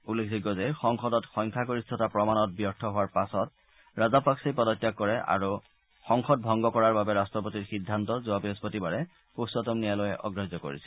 উল্লেখযোগ্য যে সংসদত সংখ্যাগৰিষ্ঠতা প্ৰমাণত ব্যৰ্থ হোৱাৰ পাছত ৰাজাপাক্ছেই পদত্যাগ কৰে আৰু সংসদ ভংগ কৰাৰ বাবে ৰাট্টপতিৰ সিদ্ধান্ত যোৱা বৃহস্পতিবাৰে উচ্চতম ন্যায়ালয়ে অগ্ৰাহ্য কৰিছিল